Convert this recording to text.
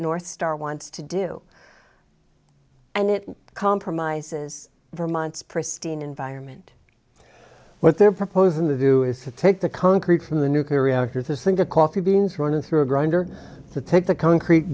north star wants to do and it compromises vermont's pristine environment what they're proposing to do is to take the concrete from the nuclear reactor think of coffee beans running through a grinder to take the concrete